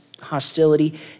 hostility